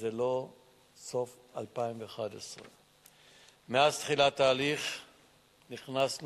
וזה לא סוף 2011. מאז תחילת התהליך הכנסנו,